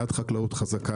בעד חקלאות חזקה,